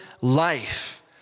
life